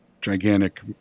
gigantic